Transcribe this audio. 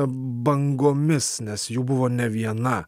bangomis nes jų buvo ne viena